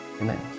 Amen